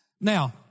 Now